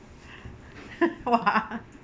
!wah!